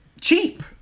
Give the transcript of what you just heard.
cheap